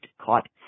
caught